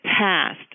passed